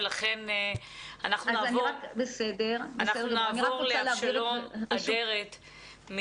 ולכן אנחנו נעבור לאבשלום אדרת,